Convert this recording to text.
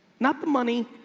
not the money,